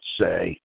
say